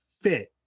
fit